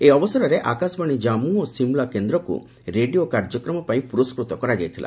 ଏହି ଅବସରରେ ଆକାଶବାଣୀ ଜାମ୍ମୁ ଓ ଶିମଳା କେନ୍ଦ୍ରକୁ ରେଡିଓ କାର୍ଯ୍ୟକ୍ରମ ପାଇଁ ପୁରସ୍କୃତ କରାଯାଇଥିଲା